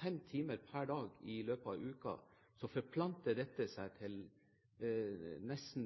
fem timer per dag i løpet av uken, er at dette forplanter seg og gir nesten